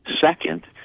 Second